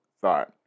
thought